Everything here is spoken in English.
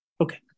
Okay